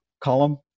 column